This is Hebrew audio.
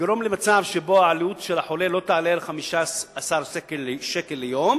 לגרום למצב שבו העלות לחולה לא תעלה על 15 שקלים ליום,